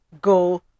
go